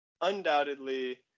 undoubtedly